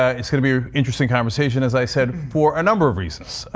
ah it's going to be an interesting conversation, as i said, for a number of reasons.